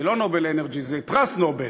זה לא "נובל אנרג'י", זה פרס נובל.